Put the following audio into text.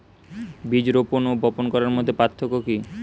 বীজ রোপন ও বপন করার মধ্যে পার্থক্য কি?